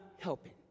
helping